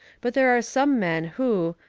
but there are some men, who,